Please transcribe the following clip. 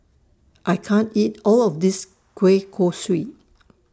I can't eat All of This Kueh Kosui